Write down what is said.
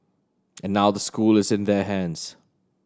and now the school is in their hands